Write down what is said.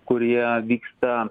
kurie vyksta